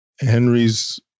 Henry's